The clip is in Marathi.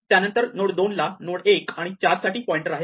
त्यानंतर नोड 2 ला नोड 1 आणि 4 साठी पॉइंटर आहेत